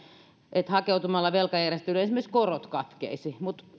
että hakeutumalla velkajärjestelyyn esimerkiksi korot katkeaisivat